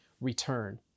return